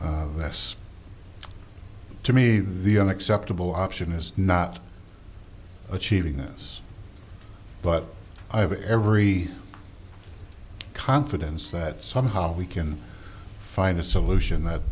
this to me the unacceptable option is not achieving this but i have every confidence that somehow we can find a solution that